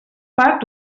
part